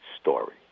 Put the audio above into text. story